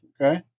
Okay